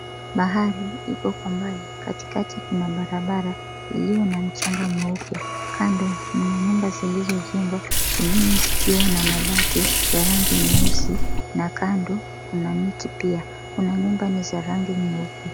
Bahari iko kwa mbali, katikati kuna barabara iliyo na mchanga mweupe, kando mna nyumba zilizojengwa, zingine zikiwa na mabati ya rangi nyeusi, na kando kuna miti pia. Kuna nyumba ni za rangi nyeupe.